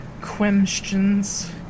questions